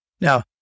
Now